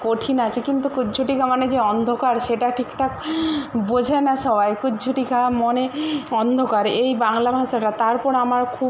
কঠিন আছে কিন্তু কুজ্ঝটিকা মানে যে অন্ধকার সেটা ঠিকঠাক বোঝে না সবাই কুজ্ঝটিকা মনে অন্ধকার এই বাংলা ভাষাটা তারপর আমার খুব